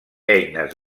eines